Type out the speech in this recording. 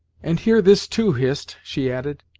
and hear this, too, hist, she added.